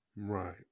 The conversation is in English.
Right